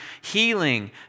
healing